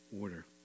order